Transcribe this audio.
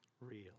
real